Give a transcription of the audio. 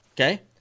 Okay